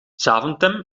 zaventem